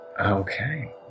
Okay